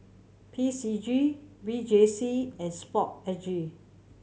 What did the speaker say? P C G V J C and Sport S G